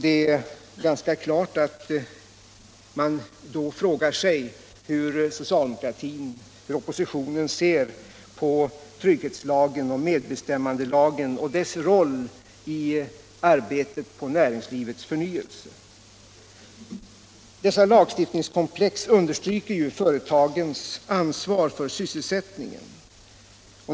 Det är då givet att man frågar sig hur oppositionen ser på trygghetslagen och medbestämmandelagen och deras roll i arbetet på näringslivets förnyelse. Dessa lagstiftningskomplex understryker företagens ansvar för sysselsättningen.